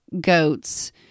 goats